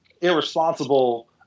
irresponsible